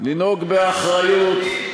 לנהוג באחריות,